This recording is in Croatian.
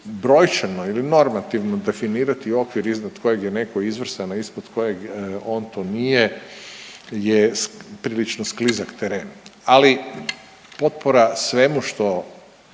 brojčano ili normativno definirati okvir iznad kojeg je netko izvrstan, a ispod kojeg on to nije je prilično sklizak teren, ali potpora svemu što